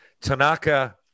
Tanaka